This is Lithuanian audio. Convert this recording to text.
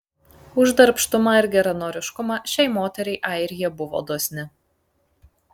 už darbštumą ir geranoriškumą šiai moteriai airija buvo dosni